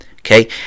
Okay